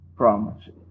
promises